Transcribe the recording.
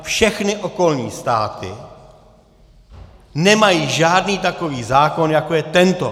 Všechny okolní státy nemají žádný takový zákon, jako je tento.